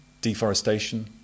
deforestation